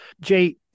Jay